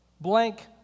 blank